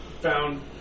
found